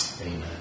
Amen